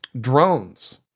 drones